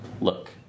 Look